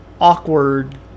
awkward